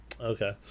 Okay